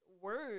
words